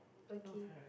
okay